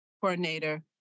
coordinator